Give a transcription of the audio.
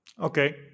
Okay